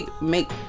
make